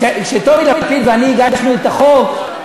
כשטומי לפיד ואני הגשנו את החוק,